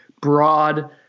broad